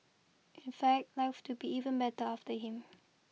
in fact life to be even better after him